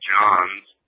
John's